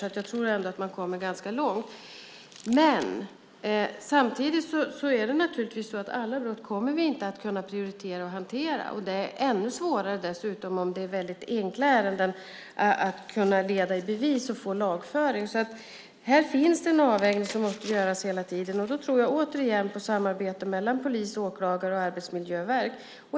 Jag tror ändå att man kommer ganska långt. Samtidigt kan vi inte prioritera och hantera alla brott. Det är ännu svårare om det är enkla ärenden att kunna leda i bevis och få lagföring. Här finns en avvägning som hela tiden måste göras. Jag tror, återigen, på samarbete mellan polis, åklagare och arbetsmiljöverk.